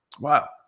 wow